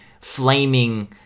flaming